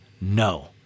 No